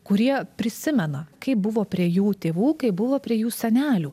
kurie prisimena kaip buvo prie jų tėvų kaip buvo prie jų senelių